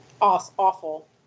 Awful